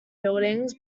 buildings